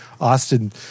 Austin